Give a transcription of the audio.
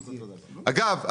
אגב,